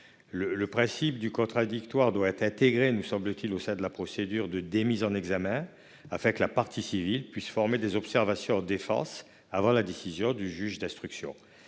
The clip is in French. Le principe du contradictoire doit être intégré au sein de la procédure de démise en examen, afin que la partie civile puisse former des observations en défense, avant la décision du juge d'instruction.